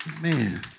Man